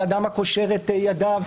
לאדם הקושר את ידיו,